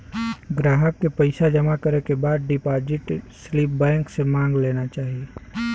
ग्राहक के पइसा जमा करे के बाद डिपाजिट स्लिप बैंक से मांग लेना चाही